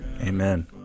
Amen